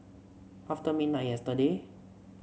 after midnight yesterday